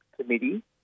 committee